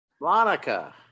Monica